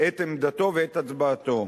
את עמדתו ואת הצבעתו.